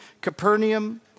Capernaum